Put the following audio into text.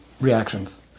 reactions